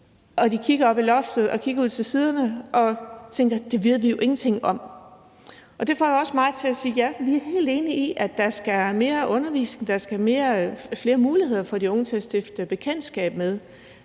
og kigger ud til siderne og tænker: Det ved vi jo ingenting om. Det får jo også mig til at sige, at ja, vi er helt enige i, at der skal mere undervisning til, der skal være flere muligheder for de unge for at stifte bekendtskab med